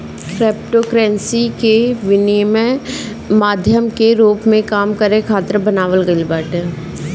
cryptocurrency के विनिमय माध्यम के रूप में काम करे खातिर बनावल गईल बाटे